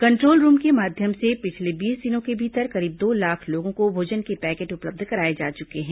control room के माध्यम से पिछले बीस दिनों के भीतर करीब दो लाख लोगों को भोजन के पैकेट उपलब्ध कराए जा चुके हैं